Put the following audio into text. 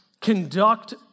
conduct